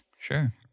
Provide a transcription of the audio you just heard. Sure